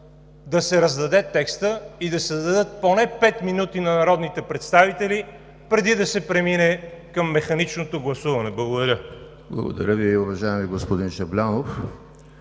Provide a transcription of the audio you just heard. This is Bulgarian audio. да се раздаде текстът и да се дадат поне пет минути на народните представители преди да се премине към механичното гласуване. Благодаря. ПРЕДСЕДАТЕЛ ЕМИЛ ХРИСТОВ: Благодаря Ви, уважаеми господин Жаблянов.